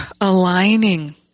aligning